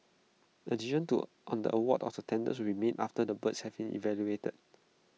A decision to on the award of the tenders will be made after the bids have been evaluated